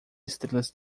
estrelas